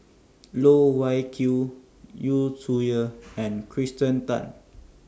Loh Wai Kiew Yu Zhuye and Kirsten Tan